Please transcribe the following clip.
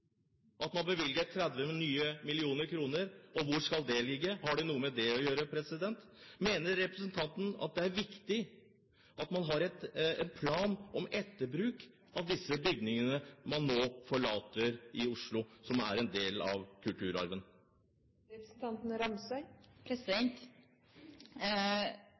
at man bevilger 30 mill. kr? Hvor skal det ligge? Har det noe med det å gjøre? Mener representanten at det er viktig at man har en plan for etterbruk av de bygningene man nå forlater i Oslo, som er en del av kulturarven? Jeg må korrigere litt av det som ble sagt av representanten